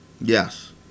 Yes